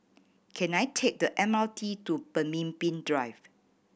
can I take the M R T to Pemimpin Drive